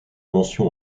mention